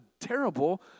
terrible